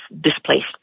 displaced